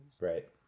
Right